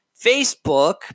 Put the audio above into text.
Facebook